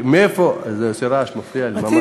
זה עושה רעש, מפריע לי.